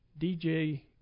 DJ